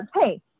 hey